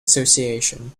association